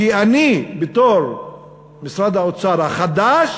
כי אני, בתור משרד האוצר החדש,